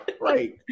Right